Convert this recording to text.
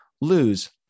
lose